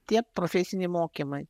tiek profesiniai mokymai